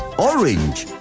orange,